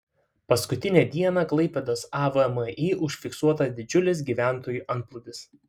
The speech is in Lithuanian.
paskutinę dieną klaipėdos avmi užfiksuota didžiulis gyventojų antplūdis